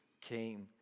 came